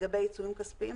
לגבי עיצומים כספיים.